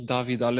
David